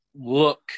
look